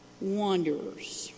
wanderers